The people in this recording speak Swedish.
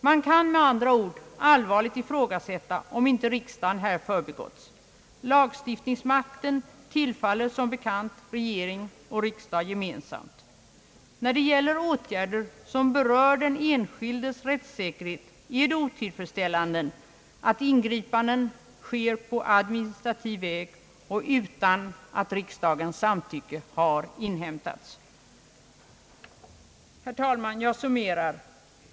Man kan med andra ord allvarligt ifrågasätta om inte riksda gen här har förbigåtts. Lagstiftningsmakten tillfaller som bekant regering och riksdag gemensamt. När det gäller åtgärder som berör den enskildes rättssäkerhet är det otillfredsställande att ingripanden sker på administrativ väg och utan att riksdagens samtycke har inhämtats. Herr talman! Jag summerar.